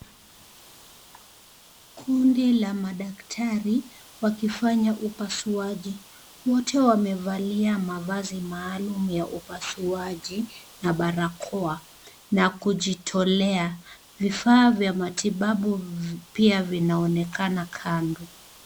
Kundi la madaktari wakifanya upasuaji, wote wamevalia mavazi maalum ya upasuaji na barakoa na kujitolea, vifaa vya matibabu pia vinaonekana kando.